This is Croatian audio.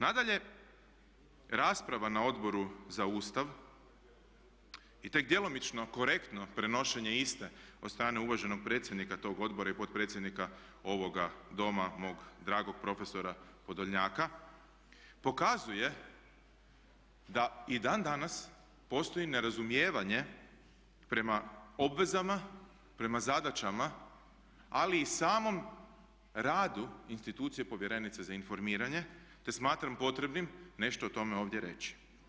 Nadalje, rasprava na Odboru za Ustav i tek djelomično korektno prenošenje iste od strane uvaženog predsjednika toga odbora i potpredsjednika ovoga doma mog dragog profesora Podolnjaka pokazuje da i dan danas postoji nerazumijevanje prema obvezama, prema zadaćama, ali i samom radu institucije povjerenice za informiranje te smatram potrebnim nešto o tome ovdje reći.